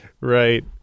Right